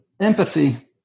empathy